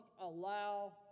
allow